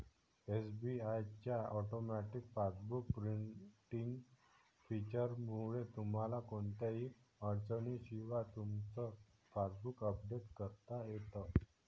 SBI च्या automatic passbook printing फीचरमुळे तुम्हाला कोणत्याही अडचणीशिवाय तुमचं पासबुक अपडेट करता येतं